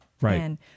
Right